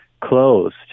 closed